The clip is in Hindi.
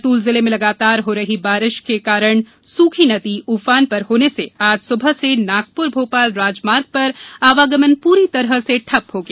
बैतूल जिले में लगातार हो रही भारी बारिश के कारण सुखी नदी ऊफान पर होने से आज सुबह से नागपुर भोपाल राजमार्ग पर आवागमन पूरी तरह ठप हो गया